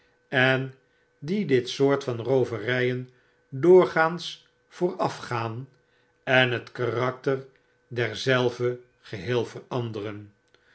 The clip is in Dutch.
en die dit soort van rooveryen doorgaans voorafgaan en het karakter derzelven geheel veranderen